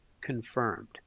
confirmed